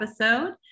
episode